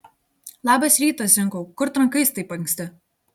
labas rytas zinkau kur trankais taip anksti